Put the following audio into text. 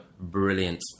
brilliant